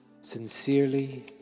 Sincerely